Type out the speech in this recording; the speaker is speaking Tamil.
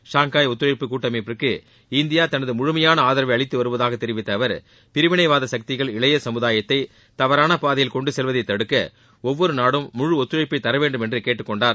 ஷாங்காய் ஒத்துழைப்பு கூட்டமைப்புக்கு இந்தியா தனது முழுமையான ஆதரவை அளித்து வருவதாக தெரிவித்த அவர் பிரிவினைவாத சக்திகள் இளைய சமுதாயத்தை தவறான பாதையில் கொண்டு செல்வதை தடுக்க ஒவ்வொரு நாடும் முழு ஒத்துழைப்பை தரவேண்டும் என்றும் கேட்டுக்கொண்டார்